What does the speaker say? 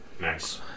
Nice